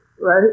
right